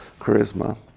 charisma